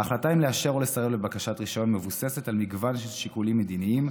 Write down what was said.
ההחלטה אם לאשר או לסרב לבקשת רישיון מבוססת על מגוון שיקולים מדיניים,